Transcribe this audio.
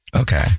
Okay